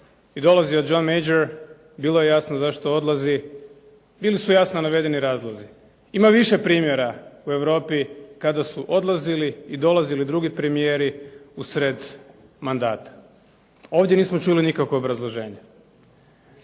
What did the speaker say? i dolazio John Major bilo je jasno zašto odlazi, bili su jasno navedeni razlozi. Ima više primjera u Europi kada su odlazili i dolazili drugi premijeri usred mandata. Ovdje nismo čuli nikakvo obrazloženje.